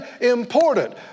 important